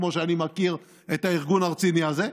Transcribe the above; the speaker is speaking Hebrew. כמו שאני מכיר את הארגון הרציני הזה,